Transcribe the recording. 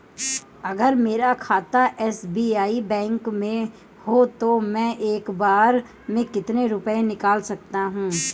अगर मेरा खाता एस.बी.आई बैंक में है तो मैं एक बार में कितने रुपए निकाल सकता हूँ?